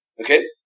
Okay